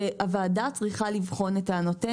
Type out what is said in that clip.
והוועדה צריכה לבחון את טענותינו.